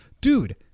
Dude